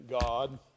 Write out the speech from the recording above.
God